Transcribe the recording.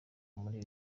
muri